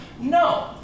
No